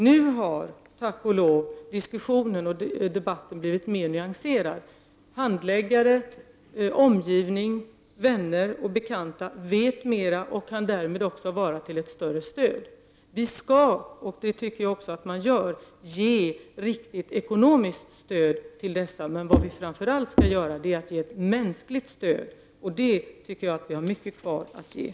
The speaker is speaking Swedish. Nu har, tack och lov, debatten och diskussionen blivit mer nyanserad. Handläggare, omgivningen, vänner och bekanta vet mera och kan därmed vara till ett större stöd. Vi skall, och det tycker jag också att man gör, ge ekonomiskt stöd till dessa människor. Men vad vi framför allt skall göra är att ge ett mänskligt stöd. Där tycker jag att vi har mycket kvar att göra.